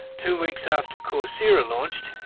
two weeks after coursera launched,